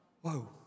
whoa